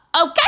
Okay